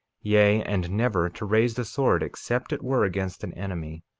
yea, and never to raise the sword except it were against an enemy,